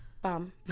bum